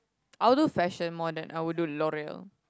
I will do fashion more than I will do LOREAL